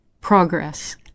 progress